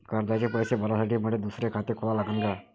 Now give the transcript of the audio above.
कर्जाचे पैसे भरासाठी मले दुसरे खाते खोला लागन का?